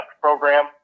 program